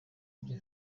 n’ibyo